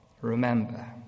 Remember